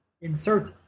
insert